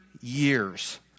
years